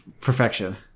Perfection